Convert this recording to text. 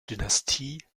dynastie